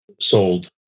sold